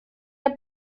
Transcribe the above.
der